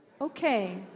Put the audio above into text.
Okay